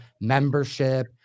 membership